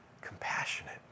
compassionate